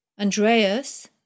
Andreas